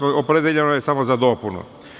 Opredeljeno je samo za dopunu.